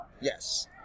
Yes